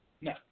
No